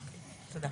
תודה.